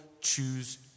choose